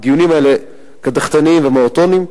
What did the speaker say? הדיונים האלה קדחתניים ומרתוניים.